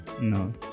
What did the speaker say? no